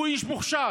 הוא איש מוכשר,